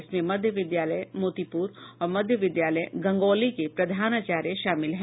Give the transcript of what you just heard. इसमें मध्य विद्यालय मोतीपुर और मध्य विद्यालय गंगौली के प्रधानाचार्य शामिल हैं